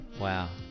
Wow